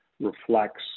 reflects